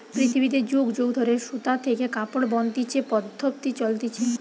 পৃথিবীতে যুগ যুগ ধরে সুতা থেকে কাপড় বনতিছে পদ্ধপ্তি চলতিছে